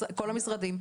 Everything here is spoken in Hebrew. כל המשרדים,